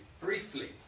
briefly